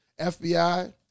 FBI